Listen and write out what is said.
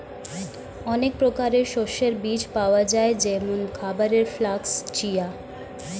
অনেক প্রকারের শস্যের বীজ পাওয়া যায় যেমন খাবারের ফ্লাক্স, চিয়া